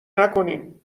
نکنین